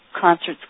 concerts